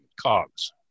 COGS